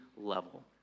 level